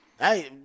Hey